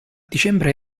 dicembre